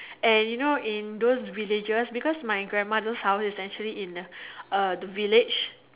and you know in those villages because my grandma those house is actually in a uh the village